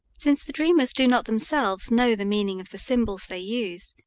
since the dreamers do not themselves know the meaning of the symbols they use,